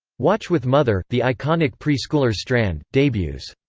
watch with mother, the iconic pre-schoolers strand, debuts.